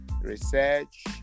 research